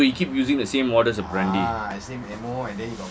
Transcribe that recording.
so he keep using the same modus operandi